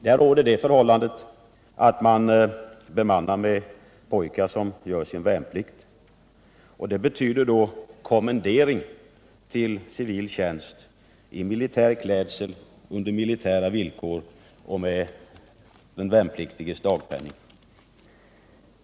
Där råder det förhållandet att man bemannar med pojkar som gör sin värnplikt. Det betyder då kommendering till civil tjänst i militär klädsel, under militära villkor och med den värnpliktiges dagpenning.